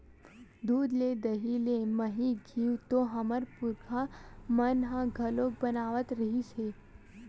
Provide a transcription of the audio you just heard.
दूद ले दही, मही, घींव तो हमर पुरखा मन ह घलोक बनावत रिहिस हे